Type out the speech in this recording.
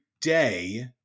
day